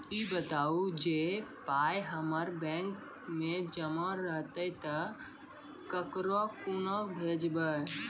ई बताऊ जे पाय हमर बैंक मे जमा रहतै तऽ ककरो कूना भेजबै?